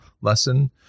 lesson